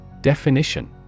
Definition